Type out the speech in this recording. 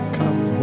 come